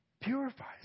Purifies